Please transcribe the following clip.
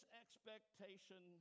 expectation